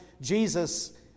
Jesus